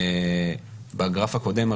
בגרף הקודם,